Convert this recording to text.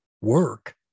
work